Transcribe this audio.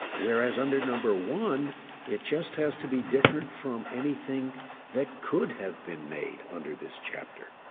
whereas under number one it just has to be different from anything that could have been made under this chapter.